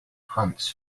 hunts